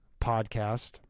podcast